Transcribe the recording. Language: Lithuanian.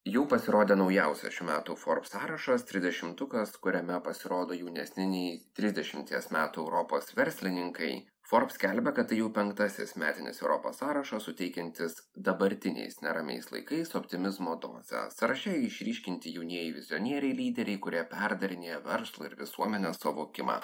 jau pasirodė naujausias šių metų forbes sąrašas trisdešimtukas kuriame pasirodo jaunesni nei trisdešimties metų europos verslininkai forbes skelbia kad tai jau penktasis metinis europos sąrašas suteikiantis dabartiniais neramiais laikais optimizmo dozę sąraše išryškinti jaunieji vizionieriai lyderiai kurie perdarinėja verslo ir visuomenės suvokimą